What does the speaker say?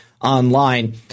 online